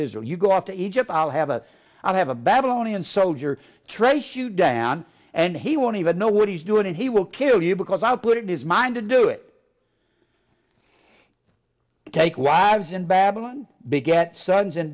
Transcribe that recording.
or you go off to egypt i'll have a i'll have a babylonian soldier trace you down and he won't even know what he's doing and he will kill you because i put it in his mind to do it take lives in babylon begat sons and